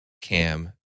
cam